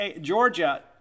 Georgia